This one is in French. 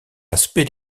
aspect